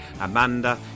Amanda